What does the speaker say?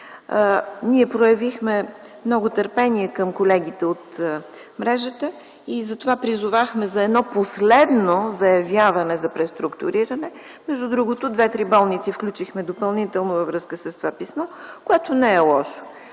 Ние проявихме много търпение към колегите от мрежата и затова призовахме за едно последно заявяване за преструктуриране. Между другото две-три болници включихме допълнително във връзка с това писмо, което не е лошо.